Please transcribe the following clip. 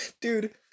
Dude